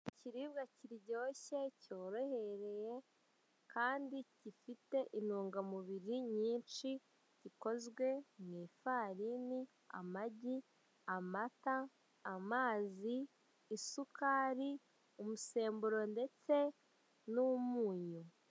Ikiribwa kiryoshye, cyorohereye kandi gifite intungamubiri nyinshi gikozwe mu ifarini, amagi, amata, amazi, isukari, umusemburo ndetse n'umunyu.